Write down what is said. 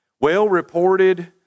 Well-reported